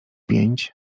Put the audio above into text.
pięć